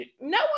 no